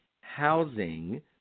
housing